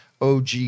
OG